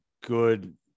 good